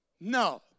No